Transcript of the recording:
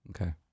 Okay